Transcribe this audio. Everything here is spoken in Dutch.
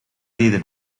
deden